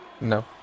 No